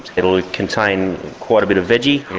it will contain quite a bit of veggie.